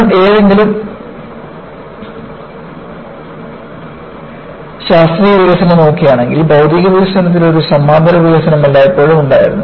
നമ്മൾ ഏതെങ്കിലും ശാസ്ത്രീയ വികസനം നോക്കുകയാണെങ്കിൽ ഭൌതികവികസനത്തിൽ ഒരു സമാന്തര വികസനം എല്ലായ്പ്പോഴും ഉണ്ടായിരുന്നു